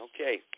Okay